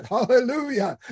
Hallelujah